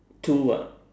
two ah